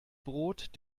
brot